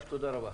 תודה רבה.